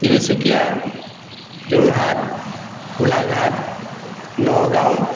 Tinsukia Jorhat Golaghat Nagaon